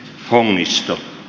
hongistos